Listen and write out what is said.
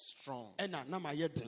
strong